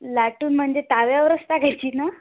लाटून म्हणजे तव्यावरच टाकायची ना